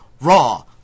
Raw